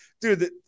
dude